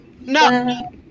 No